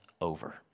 over